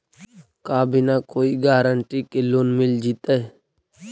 का बिना कोई गारंटी के लोन मिल जीईतै?